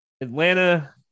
Atlanta